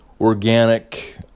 organic